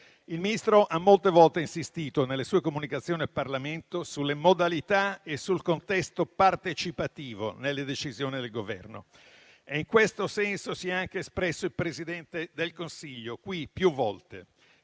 Il Ministro ha molte volte insistito nelle sue comunicazioni al Parlamento sulle modalità e sul contesto partecipativo nelle decisioni del Governo e in questo senso si è anche espresso qui più volte il Presidente del Consiglio. Il